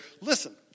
listen